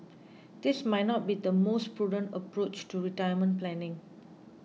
this might not be the most prudent approach to retirement planning